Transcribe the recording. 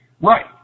Right